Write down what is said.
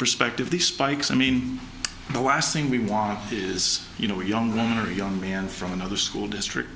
perspective these spikes i mean the last thing we want is you know a young woman or young man from another school district